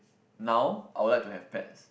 now I would like to have pets